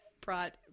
brought